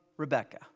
Rebecca